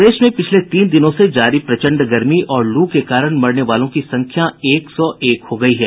प्रदेश में पिछले तीन दिनों से जारी प्रचंड गर्मी और लू के कारण मरने वालों की संख्या एक सौ एक हो गई है